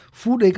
food